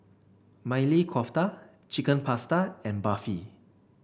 Maili Kofta Chicken Pasta and Barfi